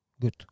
good